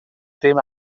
dim